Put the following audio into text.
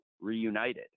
reunited